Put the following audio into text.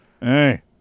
Hey